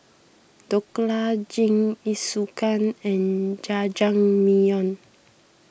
Dhokla Jingisukan and Jajangmyeon